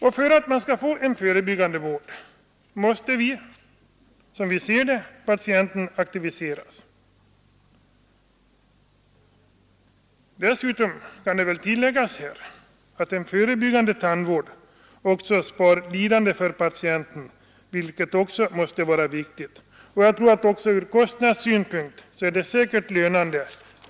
För att få en förebyggande vård måste patienten aktiviseras. Dessutom kan tilläggas att en förebyggande vård också besparar patienten lidande, vilket också måste vara viktigt. Även ur kostnadssynpunkt är den säkert lönande.